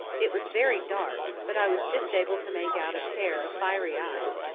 it was very dark, but i was just able to make out a pair of fiery eyes,